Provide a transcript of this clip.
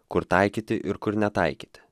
kur taikyti ir kur netaikyti